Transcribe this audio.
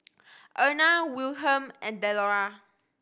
Erna Wilhelm and Delora